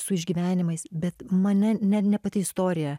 su išgyvenimais bet mane ne pati istorija